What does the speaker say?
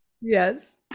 Yes